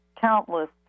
countless